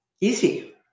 easy